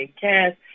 cast